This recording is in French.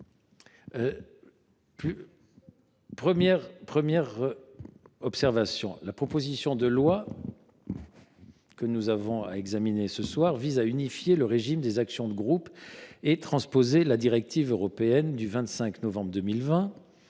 Premièrement, la proposition de loi que nous avons à examiner ce soir vise à unifier le régime des actions de groupe et à transposer la directive européenne du 25 novembre 2020.